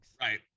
Right